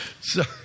sorry